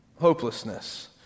hopelessness